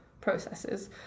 processes